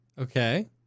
Okay